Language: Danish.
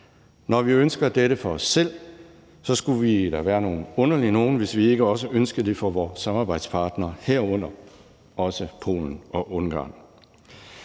Når vi ønsker dette for os selv, skulle vi da være nogle underlige nogen, hvis ikke også vi ønskede det for vores samarbejdspartnere, herunder også Polen og Ungarn.